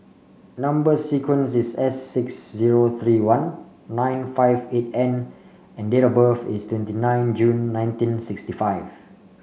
number sequence is S six zero three one nine five eight N and date of birth is twenty nine June nineteen sixty five